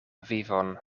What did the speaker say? vivon